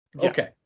Okay